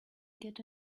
get